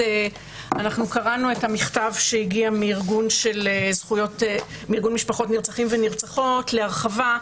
קראנו את המכתב שהגיע מארגון משפחות נרצחים ונרצחות להרחבה.